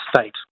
state